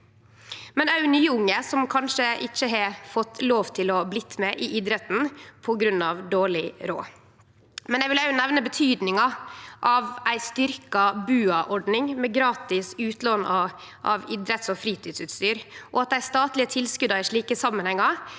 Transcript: – òg nye unge, som kanskje ikkje har fått lov til å bli med i idretten på grunn av dårleg råd. Eg vil òg nemne betydninga av ei styrkt BUA-ordning, med gratis utlån av idretts- og fritidsutstyr, og at dei statlege tilskota i slike samanhengar